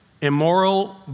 immoral